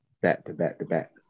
back-to-back-to-back